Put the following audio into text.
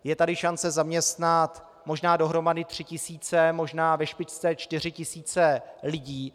Je tu šance zaměstnat možná dohromady 3 tisíce, možná ve špičce 4 tisíce lidí.